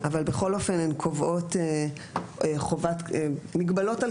אבל בכל אופן הן קובעות מגבלות על